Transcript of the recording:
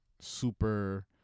super